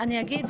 כן.